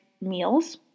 meals